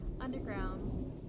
underground